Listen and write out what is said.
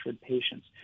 patients